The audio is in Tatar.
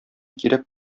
кирәк